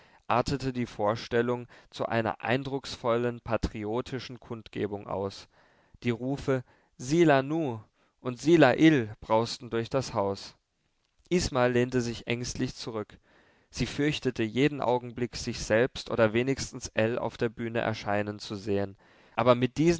die vorstellung zu einer eindrucksvollen patriotischen kundgebung aus die rufe sila nu und sila ill brausten durch das haus isma lehnte sich ängstlich zurück sie fürchtete jeden augenblick sich selbst oder wenigstens ell auf der bühne erscheinen zu sehen aber mit diesen